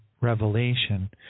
Revelation